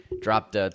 dropped